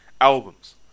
albums